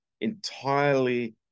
entirely